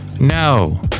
No